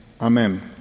Amen